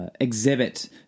exhibit